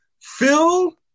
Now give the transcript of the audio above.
Phil